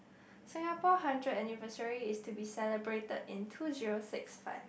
Singapore hundred anniversary is to be celebrated in two zero six five